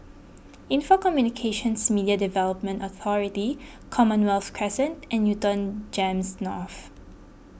Info Communications Media Development Authority Commonwealth Crescent and Newton Gems North